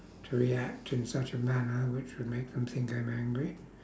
to react in such a manner which would make them think I'm angry